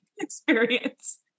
experience